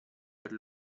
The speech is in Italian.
per